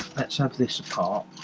let's have this ah